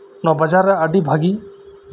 ᱱᱚᱶᱟ ᱵᱟᱡᱟᱨ ᱨᱮ ᱟᱹᱰᱤ ᱵᱷᱟᱹᱜᱮ